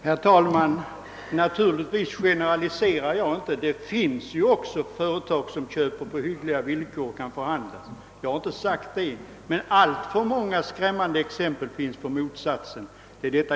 Herr talman! Naturligtvis generaliserar jag inte — det finns också företag som köper på hyggliga villkor. Vad jag velat säga är att alltför många skrämmande exempel finns på motsatsen.